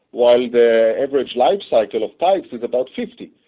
while the average lifecycle of pipes is about fifty.